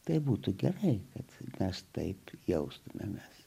tai būtų gerai kad mes taip jaustumėmės